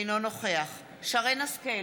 אינו נוכח שרן השכל,